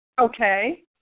Okay